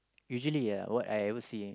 usually yeah what I ever see